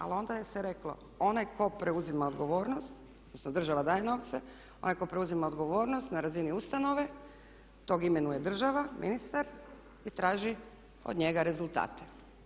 Ali onda se je reklo onaj tko preuzima odgovornost, odnosno država daje novce, onaj koji preuzima odgovornost na razini ustanove tog imenuje država, ministar i traži od njega rezultate.